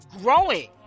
growing